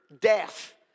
death